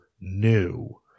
new